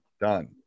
done